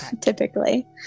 Typically